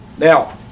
Now